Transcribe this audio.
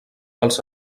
pels